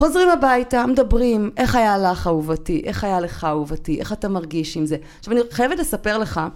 חוזרים הביתה, מדברים, איך היה לך אהובתי, איך היה לך אהובתי, איך אתה מרגיש עם זה. עכשיו אני חייבת לספר לך.